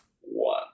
one